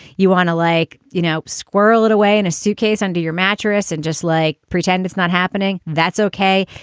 you want to, like, you know, squirrel it away in a suitcase under your mattress and just like, pretend it's not happening. that's ok.